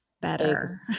better